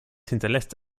hinterlässt